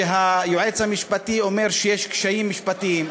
שהיועץ המשפטי אומר שיש קשיים משפטיים,